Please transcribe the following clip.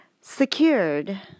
secured